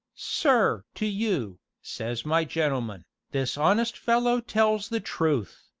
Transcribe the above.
sir! to you says my gentleman, this honest fellow tells the truth.